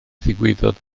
ddigwyddodd